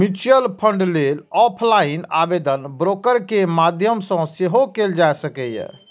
mutual fund लेल offline आवेदन broker के माध्यम सं सेहो कैल जा सकैए